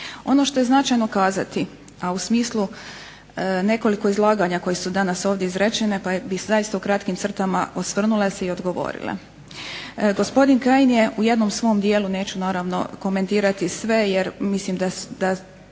Ono što je značajno kazati, a u smislu nekoliko izlaganja koja su danas ovdje izrečena pa bih zaista u kratkim crtama osvrnula se i odgovorila. Gospodin Kajin je u jednom svom dijelu, neću naravno komentirati sve jer mislim da